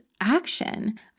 action